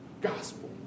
gospel